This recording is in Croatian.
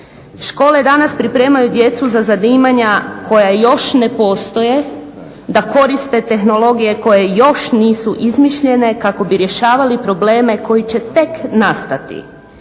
Škole danas pripremaju djecu za zanimanja koja još ne postoje, da koriste tehnologije koje još nisu izmišljene kako bi rješavali probleme koji će tek nastati.